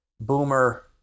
boomer